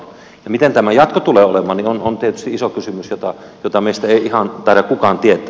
se miten tämä jatko tulee menemään on tietysti iso kysymys jota meistä ei ihan taida kukaan tietää